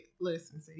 listen